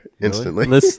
instantly